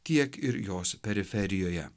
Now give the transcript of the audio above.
tiek ir jos periferijoje